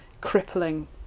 crippling